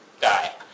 die